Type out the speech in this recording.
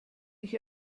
ich